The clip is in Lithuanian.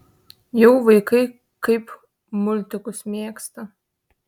jau vaikai kaip multikus mėgsta